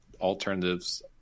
alternatives